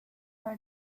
are